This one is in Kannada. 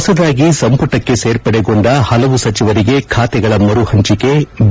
ಹೊಸದಾಗಿ ಸಂಪುಟಕ್ಕೆ ಸೇರ್ಪಡೆಗೊಂಡ ಪಲವು ಸಚಿವರಿಗೆ ಖಾತೆಗಳ ಮರುಹಂಚಿಕೆ ಬಿ